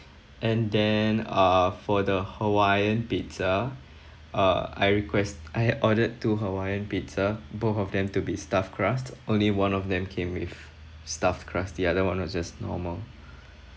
and then uh for the hawaiian pizza uh I request I had ordered two hawaiian pizza both of them to be stuffed crust only one of them came with stuffed crust the other one was just normal